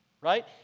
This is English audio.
right